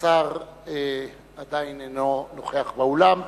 השר עדיין אינו נוכח באולם היום,